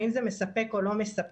האם זה מספק או לא מספק,